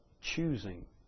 choosing